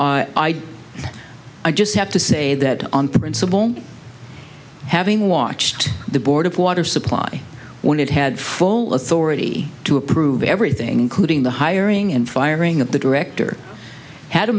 i just have to say that on principle having watched the board of water supply when it had full authority to approve everything the hiring and firing of the director had a